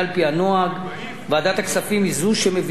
ועדת הכספים היא שמביאה בפני מליאת הכנסת,